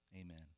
amen